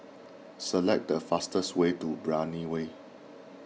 select the fastest way to Brani Way